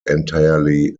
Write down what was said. entirely